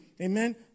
Amen